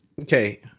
okay